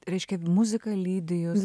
reiškia muzika lydi jus